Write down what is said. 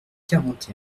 quarante